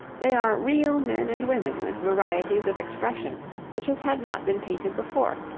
they are real men and women with varieties of expression such as had not been painted before,